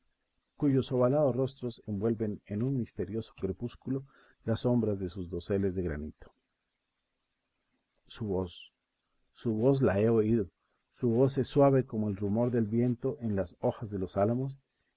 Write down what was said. cuyos ovalados rostros envuelven en un misterioso crepúsculo las sombras de sus doseles de granito su voz su voz la he oído su voz es suave como el rumor del viento en las hojas de los álamos